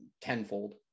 tenfold